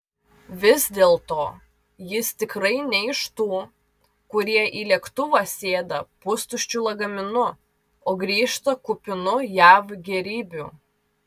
vis dėlto jis tikrai ne iš tų kurie į lėktuvą sėda pustuščiu lagaminu o grįžta kupinu jav gėrybių